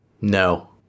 No